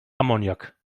ammoniak